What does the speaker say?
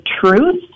truth